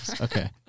Okay